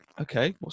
Okay